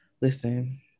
listen